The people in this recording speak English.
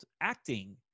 acting